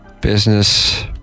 business